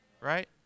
right